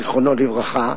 זיכרונו לברכה,